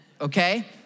Okay